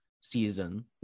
season